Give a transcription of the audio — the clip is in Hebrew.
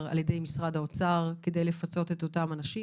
על ידי משרד האוצר כדי לפצות את אותם אנשים.